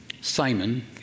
Simon